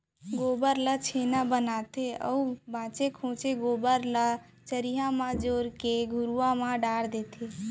गोबर ल छेना बनाथे अउ बांचे खोंचे गोबर ल चरिहा म जोर के घुरूवा म डार देथे